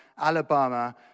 Alabama